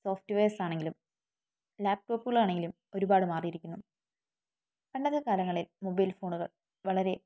softwares ആണെങ്കിലും ലാപ്ടോപ്പുകളാണെങ്കിലും ഒരുപാട് മാറിയിരിക്കുന്നു പണ്ടത്തെ കാലങ്ങളിൽ മൊബൈൽ ഫോണുകൾ വളരെ